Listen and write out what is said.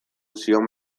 zion